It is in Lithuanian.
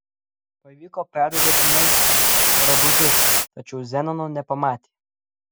pavyko perduoti maistą drabužius tačiau zenono nepamatė